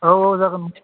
औ औ जागोन